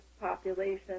population